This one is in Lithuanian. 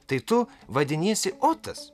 tai tu vadiniesi otas